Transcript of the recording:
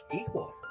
equal